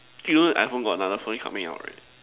K you know the iPhone got another phone coming out right